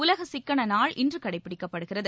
உலக சிக்கன நாள் இன்று கடைபிடிக்கப்படுகிறது